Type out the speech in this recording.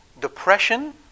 depression